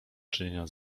czynienia